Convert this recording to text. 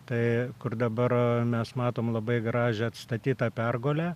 tai kur dabar mes matom labai gražią atstatytą pergolę